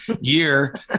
year